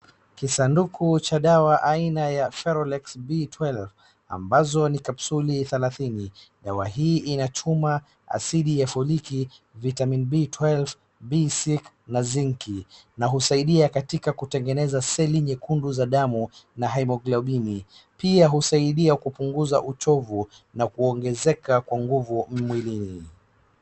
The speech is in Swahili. kisanduku cha dawa aina ya ferolax B12 ambazo ni kapsuli thelathini ,dawa hii ina chuma ,acidi ya foliki vitamin B12,B6 na zinki na husaidia katika kutengeneza seli nyekundu za damu na haemoglobini pia husaidia kupunguza uchovu na kuongezeka kwa nguvu mwilini